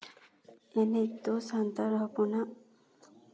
ᱮᱱᱮᱡ ᱫᱚ ᱥᱟᱱᱛᱟᱲ ᱦᱚᱯᱚᱱᱟᱜ